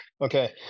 Okay